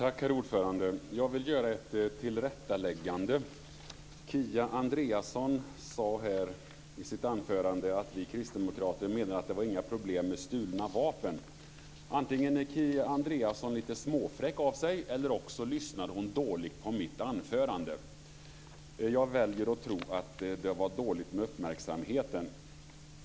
Herr talman! Jag vill göra ett tillrättaläggande. Kia Andreasson sade i sitt anförande här att vi kristdemokrater menar att det inte är några problem med stulna vapen. Antingen är Kia Andreasson lite småfräck av sig eller också lyssnade hon dåligt på mitt anförande. Jag väljer att tro att det var dåligt med uppmärksamheten.